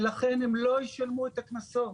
ולכן הם לא ישלמו את הקנסות.